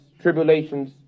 tribulations